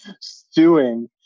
stewing